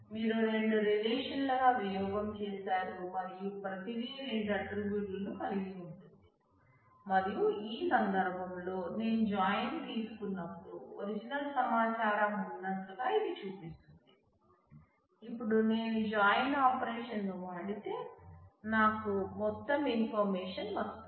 మీరు రెండు రిలేషన్ల గా వియోగం చేశారు మరియు ప్రతిదీ రెండు ఆట్రిబ్యూట్ లను కలిగి ఉంటుంది మరియు ఈ సందర్భంలో నేను జాయిన్ తీసుకున్నప్పుడు ఒరిజినల్ సమాచారం ఉన్నట్లుగా ఇది చూపిస్తుంది